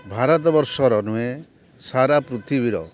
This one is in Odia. ଭାରତବର୍ଷର ନୁହେଁ ସାରା ପୃଥିବୀର